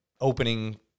opening